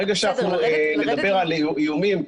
ברגע שאנחנו נדבר על איומים,